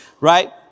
right